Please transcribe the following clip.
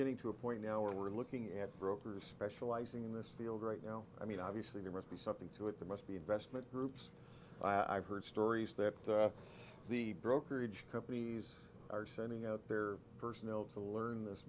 getting to a point now where we're looking at brokers specializing in this field right now i mean obviously there must be something to it there must be investment groups i've heard stories that the brokerage companies are sending out their personal to learn this